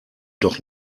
doch